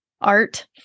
art